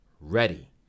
ready